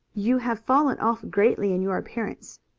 you have fallen off greatly in your appearance.